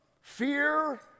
fear